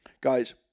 Guys